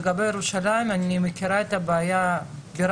אני מכירה את הבעיה בירושלים,